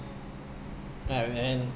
uh and